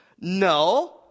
No